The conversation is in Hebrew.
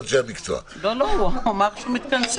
הח"כים.